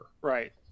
Right